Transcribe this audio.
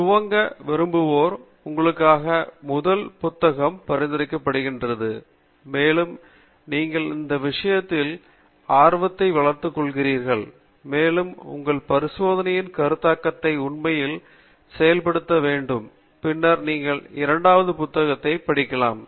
துவங்க விரும்புவோர் உங்களுக்காக முதல் புத்தகம் பரிந்துரைக்கப்படுகிறது மேலும் நீங்கள் இந்த விஷயத்தில் ஆர்வத்தை வளர்த்துக்கொள்கிறீர்கள் மேலும் உங்கள் பரிசோதனையின் கருத்தாக்கத்தை உண்மையில் செயல்படுத்த வேண்டும் பின்னர் நீங்கள் இரண்டாவது புத்தகத்தை படிக்கலாம்